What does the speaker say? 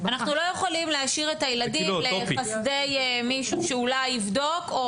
אנחנו לא יכולים להשאיר את הילדים לחסדי מישהו שאולי יבדוק.